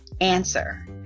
answer